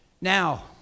Now